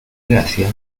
gracia